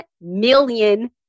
million